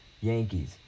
Yankees